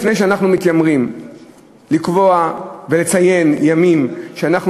לפני שאנחנו מתיימרים לקבוע ולציין ימים ולומר שאנחנו